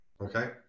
Okay